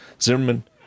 Zimmerman